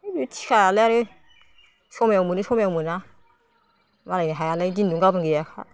बे थिखायालाय आरो समाव मोनो समाव मोना मालायनि हायालाय दिनै दं गाबोन गैया